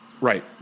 Right